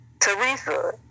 Teresa